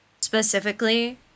specifically